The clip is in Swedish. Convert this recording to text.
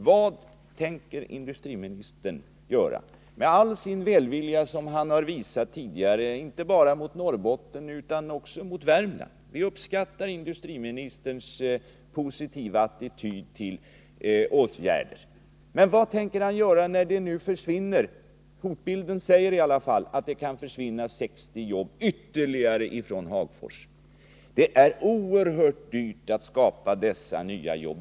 Vad tänker industriministern göra — vi uppskattar den välvilja som han har visat inte bara mot Norrbotten utan också mot Värmland och hans positiva attityd till åtgärder — när nu ytterligare 60 jobb kan komma att försvinna från Hagfors? Det är oerhört dyrt att skapa dessa nya jobb.